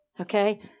Okay